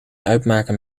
uitmaken